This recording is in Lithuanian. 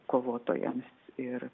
kovotojams ir